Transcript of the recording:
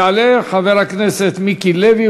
יעלה חבר הכנסת מיקי לוי,